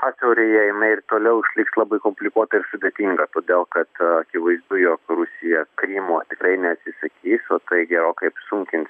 sąsiauryje jinai ir toliau išliks labai komplikuota ir sudėtinga todėl kad akivaizdu jog rusija krymo tikrai neatsisakys o tai gerokai apsunkins